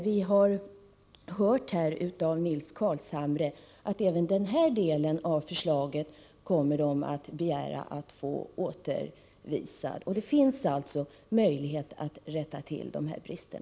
Vi har nu hört av Nils Carlshamre att man kommer att begära att även denna del av förslaget återvisas. Det finns alltså möjlighet att rätta till dessa brister.